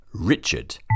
Richard